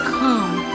come